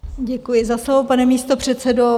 Děkuji za slovo, pane místopředsedo.